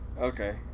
Okay